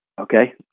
Okay